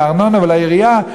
ולארנונה ולעירייה,